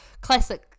Classic